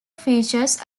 features